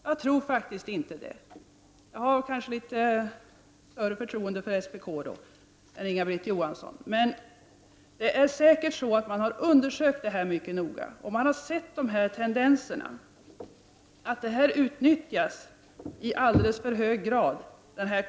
Jag har kanske litet större förtroende för SPK än Inga-Britt Johansson, men det är säkerligen så att man har undersökt detta mycket noga och har sett att möjligheterna till kontroll och styrning utnyttjas i alldeles för hög grad.